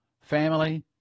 family